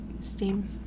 Steam